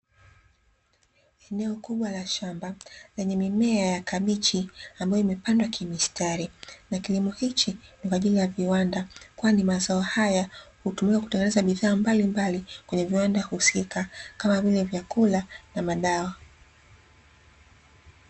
Eneo kubwa la shamba, lenye mimea ya kabichi ambayo imepandwa kimistari. Na kilimo hichi ni kwa ajili ya viwanda, kwani mazao haya hutumika kutengeneza bidhaa mbalimbali kwenye viwanda husika, kama vile; vyakula na madawa.